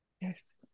Yes